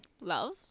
Love